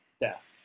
death